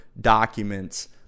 documents